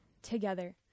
together